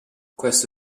questo